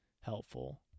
helpful